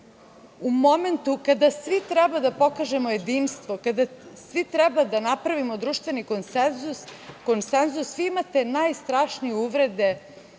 u momentu kada svi treba da pokažemo jedinstvo, kada svi treba da napravimo društveni konsenzus, vi imate najstrašnije uvrede